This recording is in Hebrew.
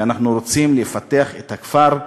ואנחנו רוצים לפתח את הכפר,